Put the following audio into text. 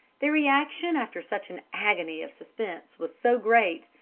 the reaction after such an agony of suspense was so great,